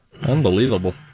Unbelievable